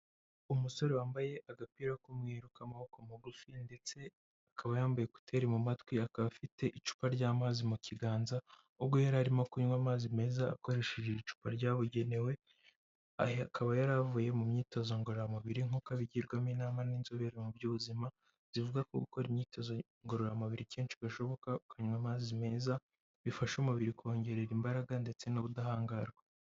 Umusore wambaye agapira k'umweru k'amaboko magufi, ndetse akaba yambaye kuteri mu matwi, akaba afite icupa ry'amazi mu kiganza, ubwo yari arimo kunywa amazi meza akoresheje icupa ryabugenewe, akaba yari avuye mu myitozo ngororamubiri nk'uko abigirwamo inama n'inzobere mu by'ubuzima, zivuga ko gukora imyitozo ngororamubiri kenshi gashoboka ukanywa amazi meza, bifasha umubiri kongerara imbaraga ndetse n'ubudahangarwa.